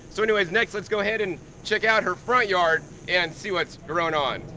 so anyway, next let's go ahead and check out her front yard and see what's growing on.